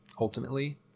ultimately